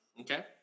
Okay